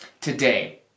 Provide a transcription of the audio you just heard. today